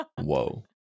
Whoa